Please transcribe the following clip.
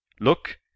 Look